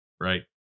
right